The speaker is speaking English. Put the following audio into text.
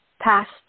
past